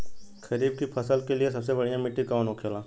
खरीफ की फसल के लिए सबसे बढ़ियां मिट्टी कवन होखेला?